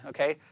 Okay